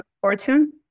fortune